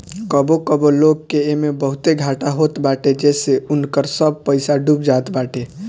कबो कबो लोग के एमे बहुते घाटा होत बाटे जेसे उनकर सब पईसा डूब जात बाटे